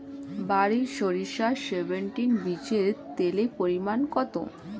বারি সরিষা সেভেনটিন বীজে তেলের পরিমাণ কত?